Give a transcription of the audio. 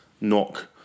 knock